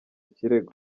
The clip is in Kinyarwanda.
kirego